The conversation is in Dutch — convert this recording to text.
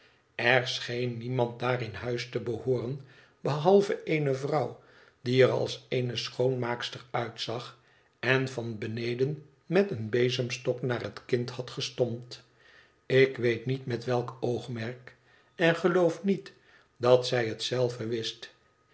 er scheen niemand daar in huis te behooren behalve eene vrouw die er als eene schoonmaakster uitzag en van beneden met een bezemstok naar het kind had gestompt ik weet niet met welk oogmerk en geloof niet dat zij het zelve wist